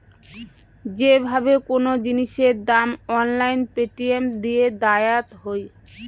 যে ভাবে কোন জিনিসের দাম অনলাইন পেটিএম দিয়ে দায়াত হই